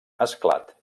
esclat